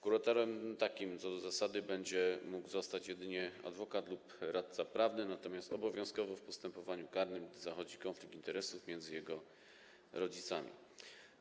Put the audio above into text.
Kuratorem takim co do zasady będzie mógł zostać jedynie adwokat lub radca prawny, natomiast obowiązkowo w postępowaniu karnym, gdy zachodzi konflikt interesów między rodzicami dziecka.